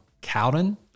Cowden